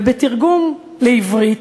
ובתרגום לעברית: